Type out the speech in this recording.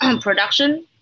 production